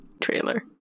trailer